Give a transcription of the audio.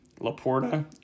Laporta